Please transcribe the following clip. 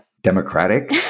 Democratic